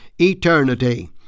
eternity